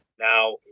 now